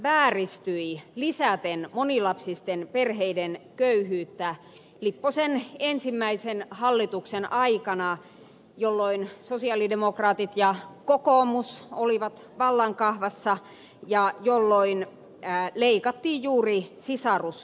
lapsilisäjärjestelmä vääristyi lisäten monilapsisten perheiden köyhyyttä lipposen ensimmäisen hallituksen aikana jolloin sosialidemokraatit ja kokoomus olivat vallan kahvassa ja jolloin leikattiin juuri sisaruskorotuksia